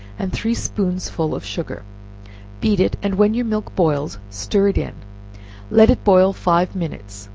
and three spoonsful of sugar beat it, and when your milk boils, stir it in let it boil five minutes